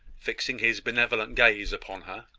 fixing his benevolent gaze upon her,